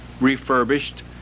refurbished